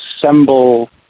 assemble